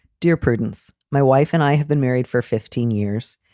dear prudence, my wife and i have been married for fifteen years.